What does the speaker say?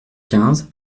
quinze